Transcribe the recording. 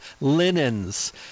linens